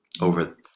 over